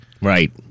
Right